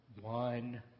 one